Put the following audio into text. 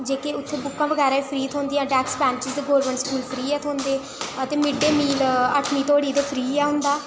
जेह्के उत्थै बुक्कां बगैरा बी फ्री थ्होंदियां desks benches government school free ऐ थ्होंदे अते मिड डे मील अठमीं धोड़ी ते फ्री गै होंदा